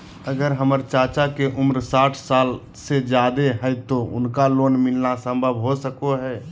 अगर हमर चाचा के उम्र साठ साल से जादे हइ तो उनका लोन मिलना संभव हो सको हइ?